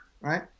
right